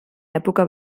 època